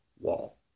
wall